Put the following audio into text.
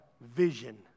vision